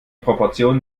proportionen